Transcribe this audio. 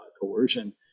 coercion